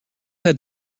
had